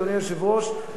אדוני היושב-ראש,